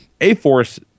A-Force